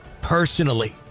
personally